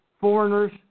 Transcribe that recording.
foreigners